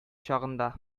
чагында